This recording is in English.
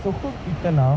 he's a home tutor now